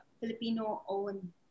Filipino-owned